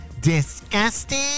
disgusting